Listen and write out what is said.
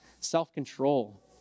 self-control